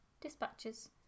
dispatches